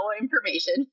information